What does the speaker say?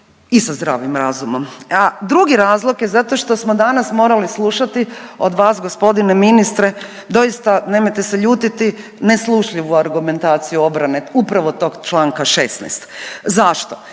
i sa zdravim razumom. A drugi razlog je zato što smo danas morali slušati od vas gospodine ministre doista nemojte se ljutiti neslušljivu argumentaciju obrane upravo tog članka 16. Zašto?